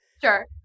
Sure